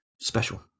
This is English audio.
special